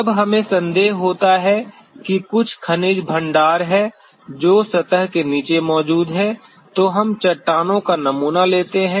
जब हमें संदेह होता है कि कुछ खनिज भंडार है जो सतह के नीचे मौजूद है तो हम चट्टानों का नमूना लेते हैं